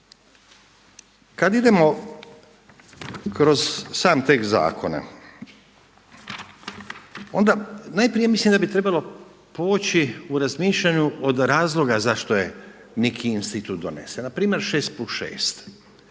Kada idemo kroz sam tekst zakona onda najprije mislim da bi trebalo poći u razmišljanju od razloga zašto je neki institut donesen. Npr. šest plus